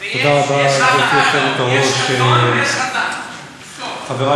יש חזון הרצל ויש, יש חזון ויש חזן.